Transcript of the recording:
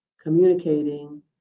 communicating